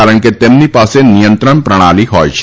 કારણ કે તેમની પાસે નિયંત્રણ પ્રણાલી હોય છે